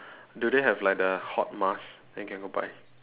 do they have like the hot mask then can go buy